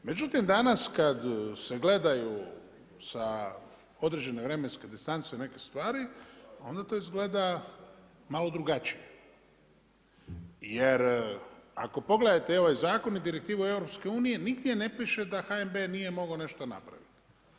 Međutim, danas kad se gledaju sa određene vremenske distance neke stvari, onda to izgleda malo drugačije jer ako pogledate i ovaj zakon i direktivu EU-a, nigdje ne piše da HNB nije mogao nešto napraviti.